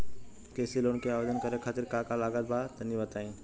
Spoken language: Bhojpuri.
कृषि लोन के आवेदन करे खातिर का का लागत बा तनि बताई?